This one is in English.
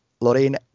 Lorraine